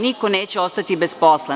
Niko neće ostati bez posla.